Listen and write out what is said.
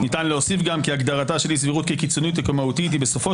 ניתן להוסיף גם כי הגדרתה של אי סבירות כקיצונית וכמהותית היא בסופו